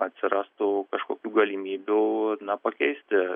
atsirastų kažkokių galimybių pakeisti